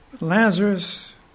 Lazarus